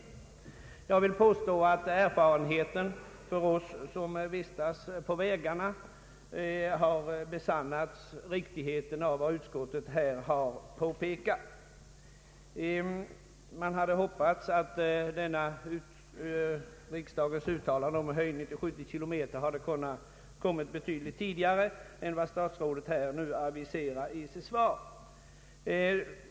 Jag vill påstå att erfarenheten för oss som vistas på vägarna har besannat riktigheten av vad utskottet påpekar. Jag hade hoppats att riksdagens uttalande om höjning till 70 km/tim skulle leda till åtgärder betydligt snabbare än vad statsrådet aviserar i sitt svar.